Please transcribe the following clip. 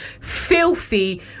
filthy